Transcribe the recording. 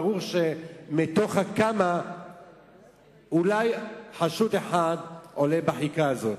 ברור שמתוך הכמה אולי חשוד אחד עולה בחכה הזאת,